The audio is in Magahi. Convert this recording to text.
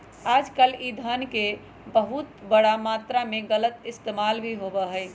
आजकल ई धन के बहुत बड़ा मात्रा में गलत इस्तेमाल भी होबा हई